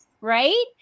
right